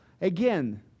Again